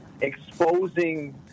exposing